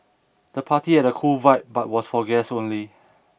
the party had a cool vibe but was for guests only